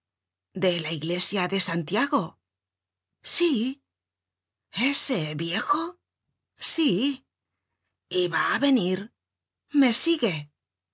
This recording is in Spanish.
de la iglesia de santiago content from google book search generated at sí ese viejo sí y va á venir me sigue